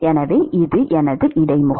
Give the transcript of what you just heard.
எனவே இது எனது இடைமுகம்